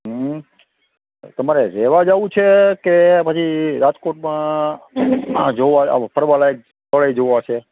હં તમારે રહેવા જાવું છે કે પછી રાજકોટમાં આ જોવા ફરવા લાયક સ્થળો જોવા છે